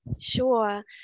sure